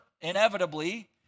inevitably